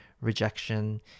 rejection